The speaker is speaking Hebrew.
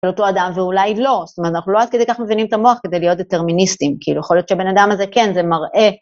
באותו אדם ואולי לא, זאת אומרת אנחנו לא עד כדי ככה מבינים את המוח כדי להיות דטרמיניסטים, כאילו יכול להיות שבן אדם הזה, כן זה מראה.